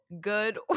good